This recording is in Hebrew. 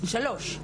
שלוש.